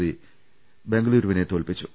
C ബംഗളൂരുവിനെ തോൽപിച്ചു